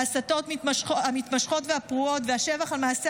ההסתות המתמשכות והפרועות והשבח על מעשי